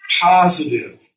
positive